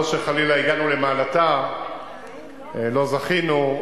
לא שחלילה הגענו למעלתה - לא זכינו,